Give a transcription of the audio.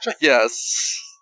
Yes